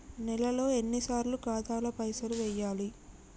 నెలలో ఎన్నిసార్లు ఖాతాల పైసలు వెయ్యాలి?